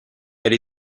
elle